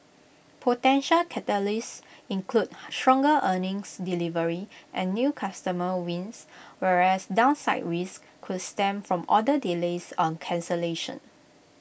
potential catalysts include stronger earnings delivery and new customer wins whereas downside risks could stem from order delays or cancellations